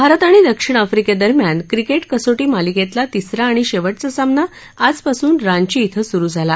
भारत आणि दक्षिण आफ्रिकेदरम्यान क्रिकेट कसोटी मालिकेतला तिसरा आणि शेवटचा सामना आजपासून रांची इथं सुरु झाला